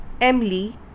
Emily